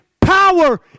power